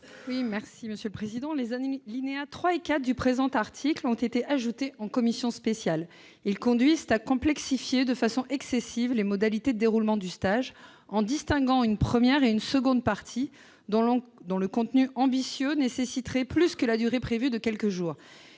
à Mme Nathalie Delattre. Les alinéas 3 et 4 du présent article ont été ajoutés en commission spéciale. Ils conduisent à complexifier de façon excessive les modalités de déroulement du stage, en distinguant une première et une seconde partie, dont le contenu, ambitieux, nécessiterait plus que la durée prévue, qui est de quelques jours.